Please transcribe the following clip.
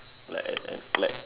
like uh like